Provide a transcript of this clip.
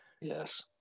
Yes